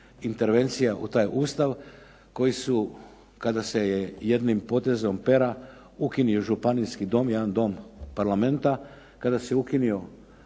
intervencija u taj Ustav koji su kada se jednim potezom pera ukinuo Županijski dom, jedan dom Parlamenta, kada se ukinulo